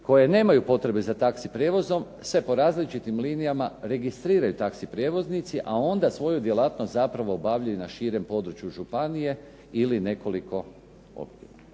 koje nemaju potrebe za taxi prijevozom se po različitim linijama registriraju taxi prijevoznici, a onda svoju djelatnost zapravo obavljaju na širem području županije ili nekoliko …/Govornik